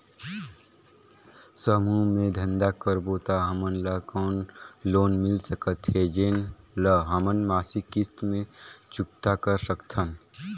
समूह मे धंधा करबो त हमन ल कौन लोन मिल सकत हे, जेन ल हमन मासिक किस्त मे चुकता कर सकथन?